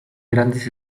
grandes